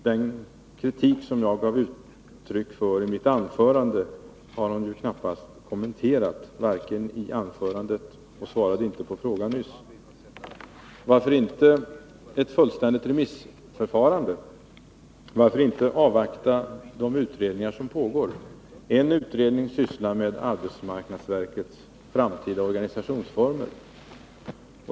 Den kritik som jag gav uttryck för i mitt anförande har hon knappast kommenterat, varken i sitt huvudanförande eller i sin replik nyss. Varför inte ett fullständigt remissförfarande? Varför inte avvakta de utredningar som nu pågår? Den ena utredningen sysslar med arbetsmarknadsverkets framtida organisationsformer.